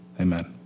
Amen